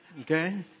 Okay